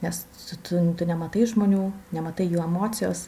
nes tu tu nematai žmonių nematai jų emocijos